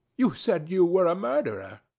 you said you were a murderer.